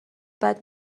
بعد